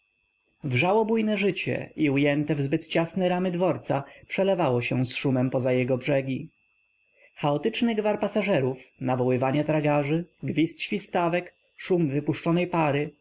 rzało bujne życie i ujęte w zbyt ciasne ram y dw orca przelew ało się z szumem poza jego brzegi c haotyczny g w ar pasażerów naw oływ ania tragarzy gw izd św istaw ek szum wypuszczonej pary